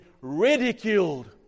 ridiculed